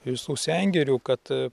visų sengirių kad